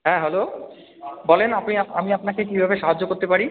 হ্যাঁ হ্যালো বলুন আপনি আমি আপনাকে কীভাবে সাহায্য করতে পারি